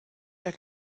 der